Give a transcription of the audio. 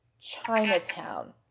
Chinatown